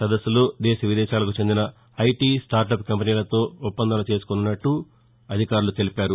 సదస్సులో దేశ విదేశాలకు చెందిన ఐటీ స్టార్టప్ కంపెనీలతో ఒప్పందాలు చేసుకోనున్నట్ల పభుత్వ అధికారులు తెలిపారు